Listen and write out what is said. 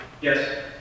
Yes